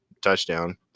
touchdown